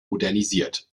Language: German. modernisiert